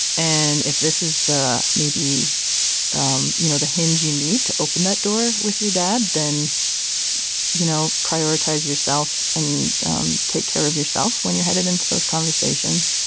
and if this is the maybe um you know the hinge you need to open that door with your dad then you know prioritize yourself and take care of yourself when you're headed into those conversations.